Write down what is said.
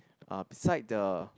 uh beside the